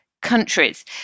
countries